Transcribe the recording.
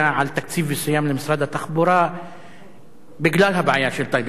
על תקציב מסוים למשרד התחבורה בגלל הבעיה של טייבה.